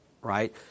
Right